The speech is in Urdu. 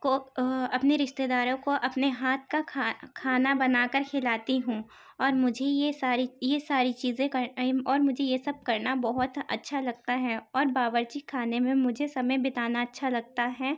کو اپنے رشتے داروں کو اپنے ہاتھ کا کھا کھانا بنا کر کھلاتی ہوں اور مجھے یہ ساری یہ ساری چیزیں اور مجھے یہ سب کرنا بہت اچّھا لگتا ہے اور باورچی کھانے میں مجھے سمے بتانا اچّھا لگتا ہے